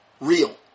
real